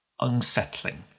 unsettling